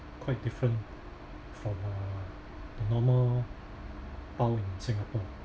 quite different from uh the normal pau in singapore